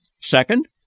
Second